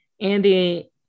Andy